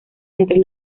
entre